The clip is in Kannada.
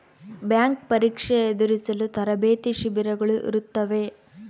ಬ್ಯಾಂಕ್ ಪರೀಕ್ಷೆ ಎದುರಿಸಲು ತರಬೇತಿ ಶಿಬಿರಗಳು ಇರುತ್ತವೆ